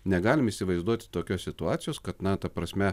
negalim įsivaizduoti tokios situacijos kad na ta prasme